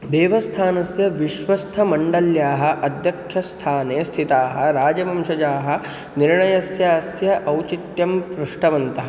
देवस्थानस्य विश्वस्थलमण्डल्याः अध्यक्षस्थाने स्थिताः राजवंशजाः निर्णयस्य अस्य औचित्यं पृष्टवन्तः